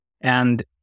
And-